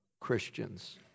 Christians